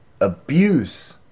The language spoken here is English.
abuse